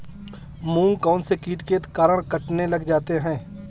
मूंग कौनसे कीट के कारण कटने लग जाते हैं?